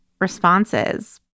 responses